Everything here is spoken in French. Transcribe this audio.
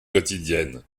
quotidienne